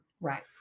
Right